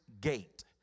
gate